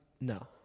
No